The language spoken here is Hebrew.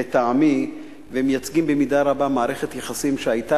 ולטעמי מייצגים במידה רבה מערכת יחסים שהיתה